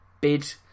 bid